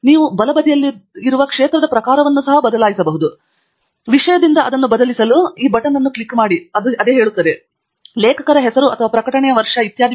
ನೀವು ಬಲಬದಿಯಲ್ಲಿರುವ ಕ್ಷೇತ್ರದ ಪ್ರಕಾರವನ್ನು ಇಲ್ಲಿ ಬದಲಾಯಿಸಬಹುದು ವಿಷಯದಿಂದ ಅದನ್ನು ಬದಲಿಸಲು ಈ ಬಟನ್ ಅನ್ನು ಕ್ಲಿಕ್ ಮಾಡಿ ಹೇಳುತ್ತಾರೆ ಲೇಖಕ ಹೆಸರು ಅಥವಾ ಪ್ರಕಟಣೆಯ ವರ್ಷ ಇತ್ಯಾದಿ